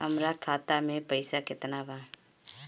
हमरा खाता में पइसा केतना बा?